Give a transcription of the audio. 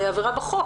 היא עבירה בחוק,